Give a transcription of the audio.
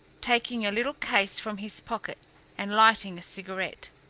taking a little case from his pocket and lighting a cigarette.